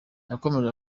yakomeje